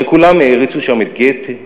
הרי כולם העריצו שם את גתה,